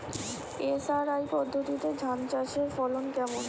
SRI পদ্ধতিতে ধান চাষের ফলন কেমন?